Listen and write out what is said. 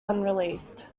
unreleased